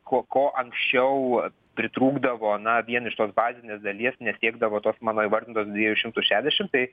ko ko anksčiau pritrūkdavo na vien iš tos bazinės dalies nesiekdavo tos mano įvardintos dviejų šimtų šešdešim tai